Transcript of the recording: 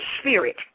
spirit